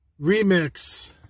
Remix